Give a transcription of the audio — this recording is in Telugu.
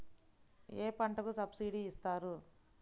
ఏ పంటకు సబ్సిడీ ఇస్తారు?